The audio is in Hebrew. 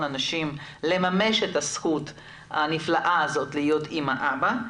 אנשים לממש את הזכות הנפלאה הזאת להיות אמא /אבא.